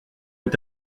est